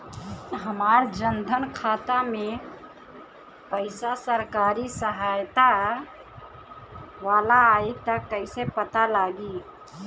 हमार जन धन खाता मे पईसा सरकारी सहायता वाला आई त कइसे पता लागी?